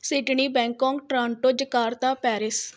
Sydney Bangkok Toronto Jakarta Paris